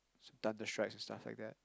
thunder strikes and stuff like that